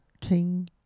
King